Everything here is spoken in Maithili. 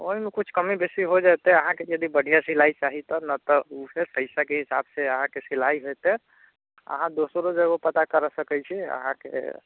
ओहिमे कुछ कमी बेसी हो जेतै अहाँके यदि बढ़िआँ सिलाइ चाही तब ने ओ तऽ फेर पाइसाके हिसाबसँ अहाँके सिलाइ हेतै अहाँ दोसरो जगह पता करि सकै छी अहाँके